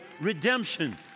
redemption